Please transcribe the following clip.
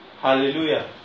Hallelujah